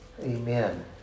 amen